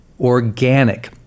organic